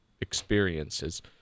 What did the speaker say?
experiences